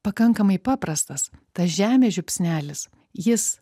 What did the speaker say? pakankamai paprastas tas žemės žiupsnelis jis